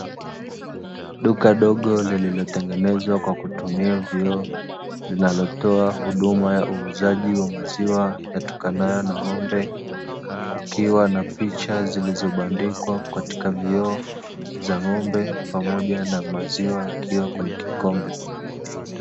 Duka dogo lililotengenezwa kwa kutumia vioo, linalotoa huduma ya uuzaji wa huduma ya uuzaji wa maziwa yatokanayo na ng'ombe, kukiwa na picha zilizobandikwa katika vioo pamoja na maziwa yakiwa kwenye kikombe.